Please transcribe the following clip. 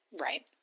Right